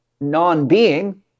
non-being